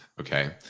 okay